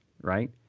right